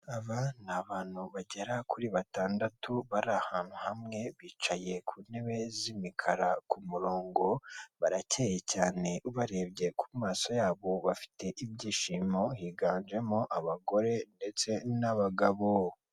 Perezida Paul Kagame w'u Rwanda ubwo yarari kwiyamamaza agahaguruka mu modoka agasuhuza abaturage bamushagaye, bose bafite utwapa duto twanditseho efuperi, ndetse hari abajepe bari kumurinda bareba hirya no hino bamucungira umutekano.